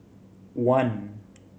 one